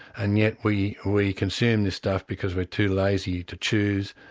and yet we we consume this stuff because we're too lazy to choose,